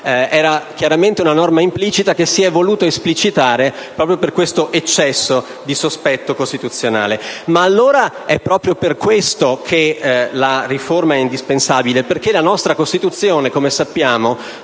Era chiaramente una norma implicita che si è voluto esplicitare proprio per questo eccesso di sospetto costituzionale. Ma allora è proprio per questo che la riforma è indispensabile, perché la nostra Costituzione, come sappiamo,